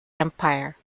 empire